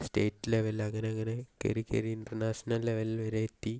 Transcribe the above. state level അങ്ങനങ്ങനെ കയറി കയറി ഇൻ്റർനാഷണൽ ലെവൽ വരെ എത്തി